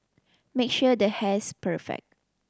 make sure the hair's perfect